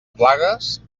plagues